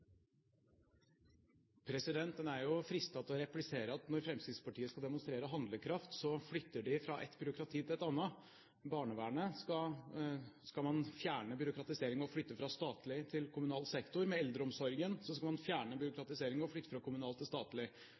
ser den sitjande regjeringa gjer, som har klart å byråkratisere dette dit at det er håplaust. En er fristet til å replisere at når Fremskrittspartiet skal demonstrere handlekraft, så flytter de fra et byråkrati til et annet. I barnevernet skal man fjerne byråkratiseringen ved å flytte fra statlig til kommunal sektor. I eldreomsorgen skal man fjerne